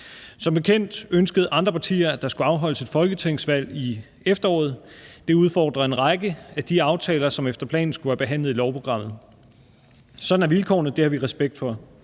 Som bekendt ønskede andre partier, at der skulle afholdes et folketingsvalg i efteråret. Det udfordrer en række af de aftaler, som efter planen skulle have været behandlet i lovprogrammet. Sådan er vilkårene; det har vi respekt for.